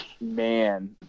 man